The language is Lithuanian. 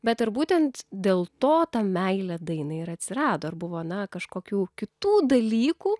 bet ar būtent dėl to ta meilė dainai ir atsirado ar buvo na kažkokių kitų dalykų